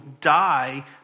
die